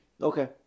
Okay